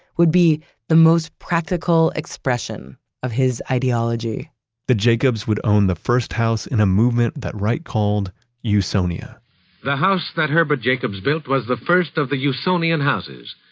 would be the most practical expression of his ideology the jacobs would own the first house in a movement that wright called usonia the house that herbert jacobs built was the first of the usonian houses.